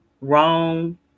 wrong